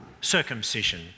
Circumcision